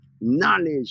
knowledge